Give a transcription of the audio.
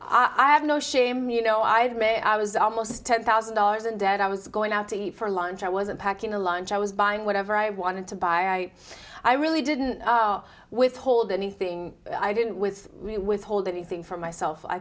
it i have no shame you know i admit i was almost ten thousand dollars in debt i was going out to eat for lunch i wasn't packing a lunch i was buying whatever i wanted to buy i really didn't withhold anything i didn't with me withhold anything for myself i